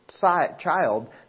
Child